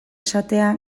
esatea